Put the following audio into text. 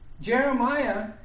Jeremiah